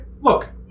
look